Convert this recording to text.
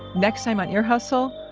next time on ear hustle,